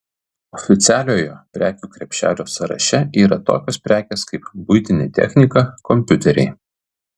oficialiojo prekių krepšelio sąraše yra tokios prekės kaip buitinė technika kompiuteriai